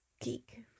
geek